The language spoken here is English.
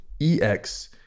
EX